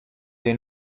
they